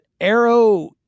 Arrow